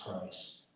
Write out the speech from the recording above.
Christ